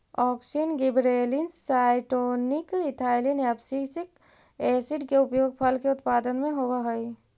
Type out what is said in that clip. auxin, gibberellins, cytokine, ethylene, abscisic acid के उपयोग फल के उत्पादन में होवऽ हई